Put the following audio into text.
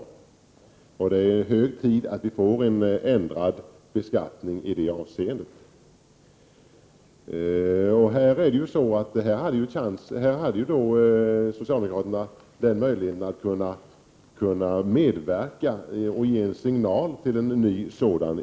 Det är, hette det, hög tid att vi får en ändring av beskattningen på det här området. Här hade socialdemokraterna möjligheten att ge en signal till en ny inriktning.